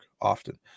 often